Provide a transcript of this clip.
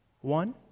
one